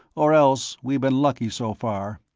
or else we've been lucky, so far.